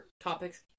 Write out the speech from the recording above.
topics